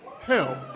help